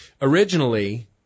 Originally